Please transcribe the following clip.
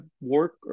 work